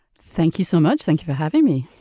thank you so much. thank you for having me.